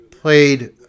played